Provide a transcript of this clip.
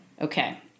Okay